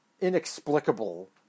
inexplicable